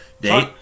date